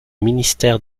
ministères